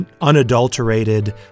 unadulterated